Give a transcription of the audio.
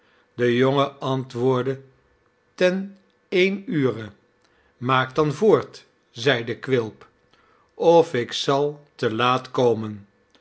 de jongen antwoordde ten een ure maak dan voort zeide quilp of ik zal te laat komen